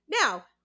Now